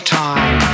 time